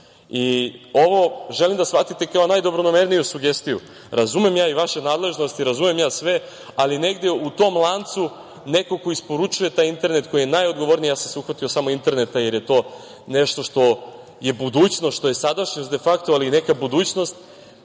radimo. Želim da shvatite kao najdobronamerniju sugestiju. Razumem ja i vaše nadležnosti, razumem ja sve, ali negde u tom lancu neko ko isporučuje taj internet koji je najodgovorniji, ja sam se uhvatio samo interneta jer je to nešto što je budućnost, što je sadašnjost, ali neka budućnost